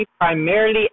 primarily